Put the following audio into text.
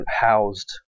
housed